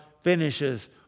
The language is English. finishes